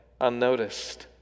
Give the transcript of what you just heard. unnoticed